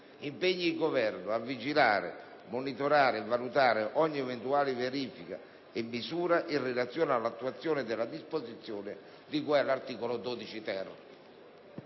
impegna il Governo a vigilare, monitorare e valutare ogni eventuale verifica e misura in relazione all'attuazione della disposizione di cui all'articolo 12-*ter*.